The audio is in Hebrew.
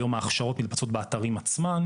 היום ההכשרות נמצאות באתרים עצמם,